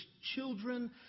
children